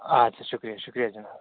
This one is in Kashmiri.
اَدٕ سا شُکریہ شُکریہ جِناب